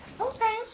Okay